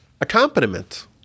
accompaniment